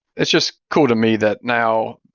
it's just cool to me that now,